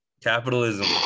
Capitalism